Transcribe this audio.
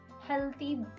healthy